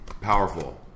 powerful